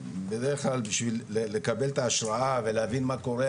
בדרך כלל בשביל לקבל את ההשראה ולהבין מה קורה,